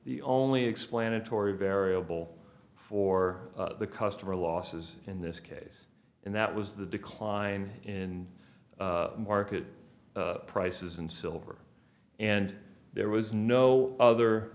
the only explanatory variable for the customer losses in this case and that was the decline in market prices and silver and there was no other